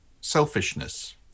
selfishness